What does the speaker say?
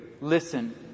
Listen